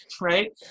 Right